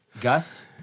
Gus